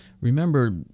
Remember